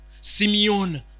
Simeon